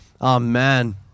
Amen